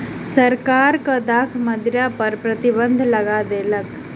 सरकार दाखक मदिरा पर प्रतिबन्ध लगा देलक